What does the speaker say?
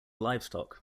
livestock